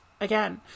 again